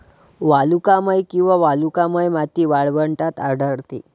वालुकामय किंवा वालुकामय माती वाळवंटात आढळते